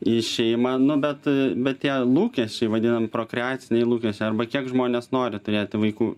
į šeimą nu bet bet tie lūkesčiai vadinami prokreaciniai lūkesčiai arba kiek žmonės nori turėti vaikų